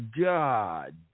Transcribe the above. God